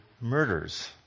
murders